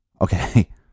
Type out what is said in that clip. Okay